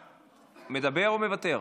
מדבר או מוותר?